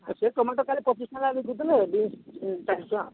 ହଁ ସେ ଟମାଟୋ କାଳେ ପଚିଶ ଟଙ୍କା ବିକୁଥିବେ ବିନ୍ସ ହୁଁ ଚାଳିଶ ଟଙ୍କା